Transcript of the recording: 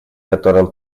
которым